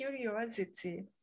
curiosity